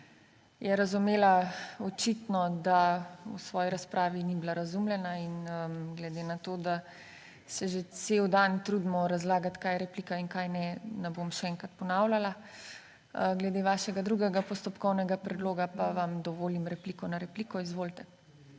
razumela, da v svoji razpravi ni bila razumljena. In glede na to, da se že cel dan trudimo razlagati, kaj je replika in kaj ne, ne bom še enkrat ponavljala. Glede vašega drugega postopkovnega predloga pa vam dovolim repliko na repliko. Izvolite.